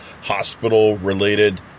hospital-related